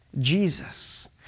Jesus